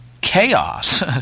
chaos